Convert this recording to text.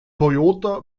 toyota